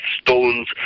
stones